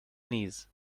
knees